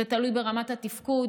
זה תלוי ברמת התפקוד,